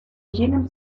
jenem